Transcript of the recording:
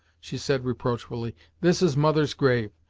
she said reproachfully. this is mother's grave,